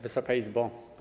Wysoka Izbo!